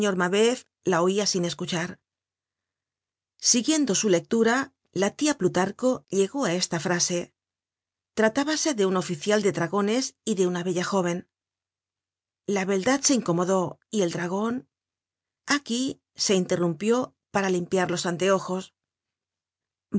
la oia sin escuchar siguiendo su lectura la tia plutarco llegó á esta frase tratábase de un oficial de dragones y de una bella jóven la beldad se incomodó y el dragon aquí se interrumpió para limpiar los anteojos